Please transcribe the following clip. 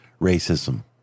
racism